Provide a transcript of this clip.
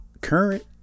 current